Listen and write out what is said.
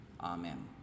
amen